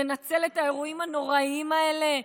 לנצל את האירועים הנוראיים האלה,